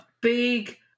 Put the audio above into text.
big